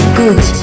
good